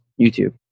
YouTube